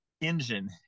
engine